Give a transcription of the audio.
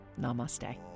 Namaste